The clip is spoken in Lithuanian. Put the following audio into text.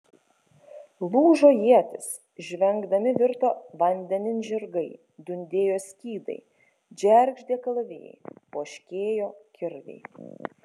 lūžo ietys žvengdami virto vandenin žirgai dundėjo skydai džeržgė kalavijai poškėjo kirviai